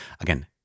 again